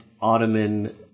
Ottoman